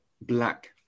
black